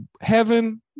heaven